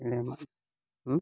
ᱦᱮᱸ ᱢᱟ